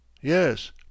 Yes